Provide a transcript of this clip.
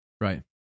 right